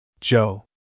Joe